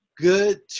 good